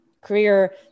career